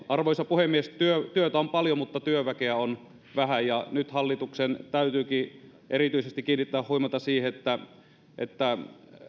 arvoisa puhemies työtä on paljon mutta työväkeä on vähän ja nyt hallituksen täytyykin erityisesti kiinnittää huomiota siihen että että